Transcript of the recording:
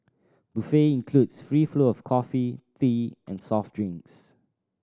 buffet includes free flow of coffee tea and soft drinks